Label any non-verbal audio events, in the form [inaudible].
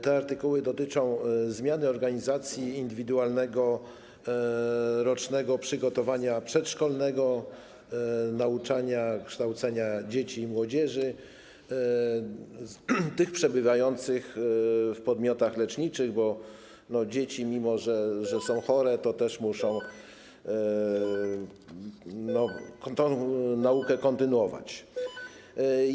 Te artykuły dotyczą zmiany organizacji indywidualnego rocznego przygotowania przedszkolnego, nauczania, kształcenia dzieci i młodzieży przebywających w podmiotach leczniczych, bo dzieci, mimo że są chore, [noise] też muszą kontynuować naukę.